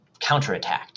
counterattacked